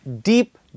deep